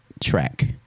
track